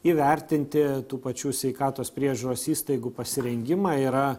įvertinti tų pačių sveikatos priežiūros įstaigų pasirengimą yra